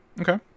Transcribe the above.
Okay